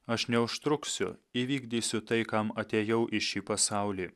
aš neužtruksiu įvykdysiu tai kam atėjau į šį pasaulį